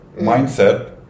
mindset